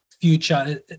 future